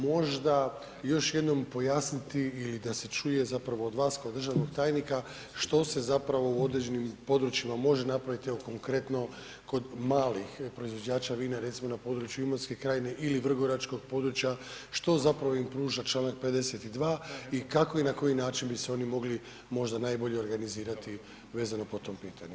Možda još jednom pojasniti i da se čuje zapravo od vas, kao od državnog tajnika, što se zapravo u određenim područjima može napraviti, evo, konkretno kod malih proizvođača vina, recimo na području Imotske krajine ili vrgoračkog područja, što zapravo im pruža čl. 52. i kako i na koji način bi se oni mogli možda najbolje organizirati vezano po tom pitanju.